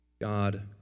God